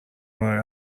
برای